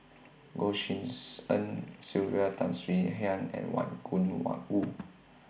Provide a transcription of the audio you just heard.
Goh Tshin En Sylvia Tan Swie Hian and Wang